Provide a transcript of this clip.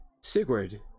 Sigurd